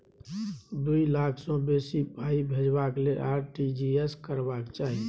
दु लाख सँ बेसी पाइ भेजबाक लेल आर.टी.जी एस करबाक चाही